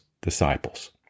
disciples